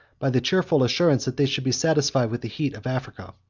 by the cheerful assurance, that they should be satisfied with the heat of africa.